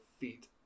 feet